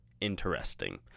interesting